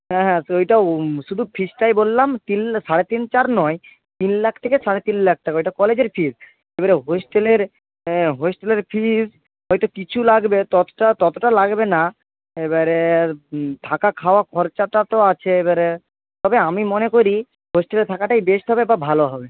হ্যাঁ হ্যাঁ ওইটা শুধু ফিজটাই বললাম তিন সাড়ে তিন চার নয় তিন লাখ থেকে সাড়ে তিন লাখ টাকা ওইটা কলেজের ফিজ এবারে হস্টেলের হস্টেলের ফিজ হয়তো কিছু লাগবে ততোটা লাগবে না এবারে থাকা খাওয়া খরচাটা তো আছে এবারে তবে আমি মনে করি হস্টেলে থাকাটাই বেস্ট হবে বা ভালো হবে